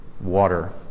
water